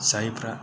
जायफोरा